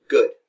Good